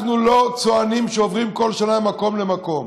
אנחנו לא צוענים שעוברים כל שנה ממקום למקום.